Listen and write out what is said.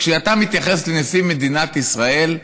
כשאתה מתייחס לנשיא מדינת ישראל,